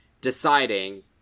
deciding